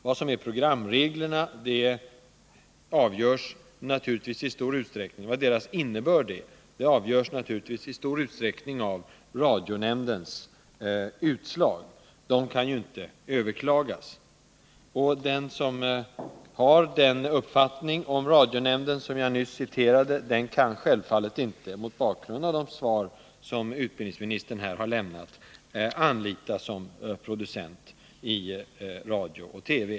Vad som är programreglernas innebörd avgörs i stor utsträckning av radionämndens utslag, och de kan inte överklagas. Den som har den uppfattningen om radionämnden som jag nyss citerade kan självfallet inte, mot bakgrund av det svar utbildningsministern här har lämnat, anlitas som producent i radio och TV.